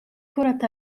كرة